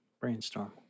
Brainstorm